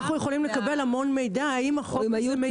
אנחנו יכולים לקבל המון מידע האם מיושם,